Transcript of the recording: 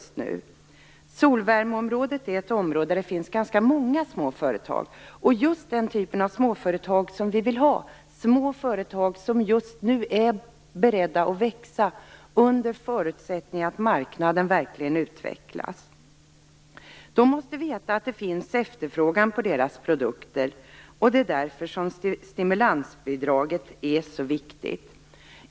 Solvärmeområdet är ett område där det finns ganska många små företag och just den typen av företag som vi vill ha: små företag som är beredda att växa under förutsättning att marknaden verkligen utvecklas. Dessa företag måste veta att det finns efterfrågan på deras produkter. Det är därför som stimulansbidraget är så viktigt.